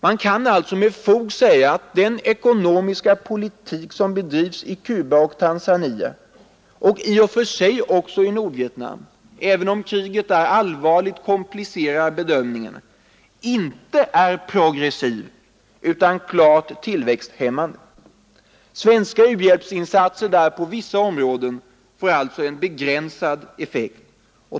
Man kan alltså med fog säga att den ekonomiska politik som bedrivs i Cuba och Tanzania, och i och för sig också i Nordvietnam även om kriget där allvarligt komplicerar bedömningarna, inte är ”progressiv” utan klart tillväxthämmande. Svenska u-hjälpsinsatser där på vissa områden får alltså en begränsad effekt.